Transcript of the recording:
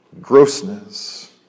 grossness